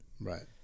Right